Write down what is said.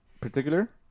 particular